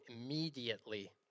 immediately